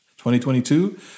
2022